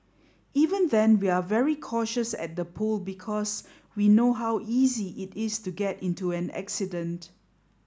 even then we're very cautious at the pool because we know how easy it is to get into an accident